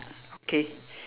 okay